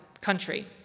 country